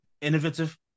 innovative